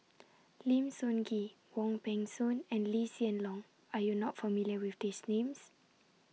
Lim Sun Gee Wong Peng Soon and Lee Hsien Loong Are YOU not familiar with These Names